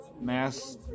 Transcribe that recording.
mass